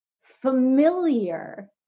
familiar